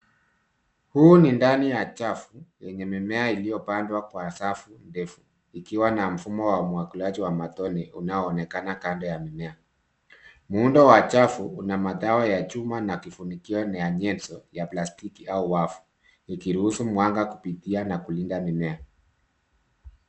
Huu ni ndani ya chafu yenye mimea iliyo pandwa kwa safu ndefu ikiwa na mfumo wa umwagiliaji wa matone unao onekena kando wa mimea. Muundo wa chafu una madhawa ya chuma na kifunikio ni ya nyenzo ya plastiki au wafu, ikiruhusu mwanga kupitia na kulinda mimea.